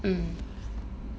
mm